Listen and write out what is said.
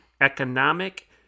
economic